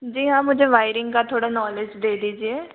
जी हाँ मुझे वाइरिंग का थोड़ा नॉलेज दे दीजिए